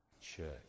church